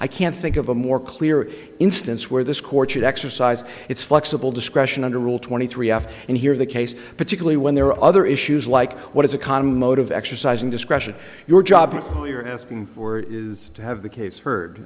i can't think of a more clear instance where this court should exercise its flexible discretion under rule twenty three f and hear the case particularly when there are other issues like what is a con mode of exercising discretion your job you're asking for is to have the case heard